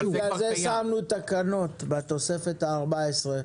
לכן שמנו תקנות לפעולה בתוספת ה-14.